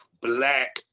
Black